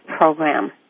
program